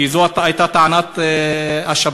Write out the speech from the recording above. כי זאת הייתה טענת השב"ס,